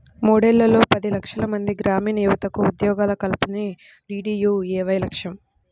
మూడేళ్లలో పది లక్షలమంది గ్రామీణయువతకు ఉద్యోగాల కల్పనే డీడీయూఏవై లక్ష్యం